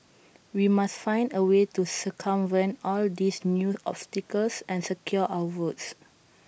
we must find A way to circumvent all these new obstacles and secure our votes